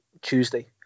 Tuesday